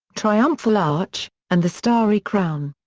triumphal arch and the starry crown.